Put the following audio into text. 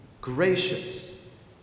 gracious